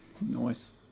nice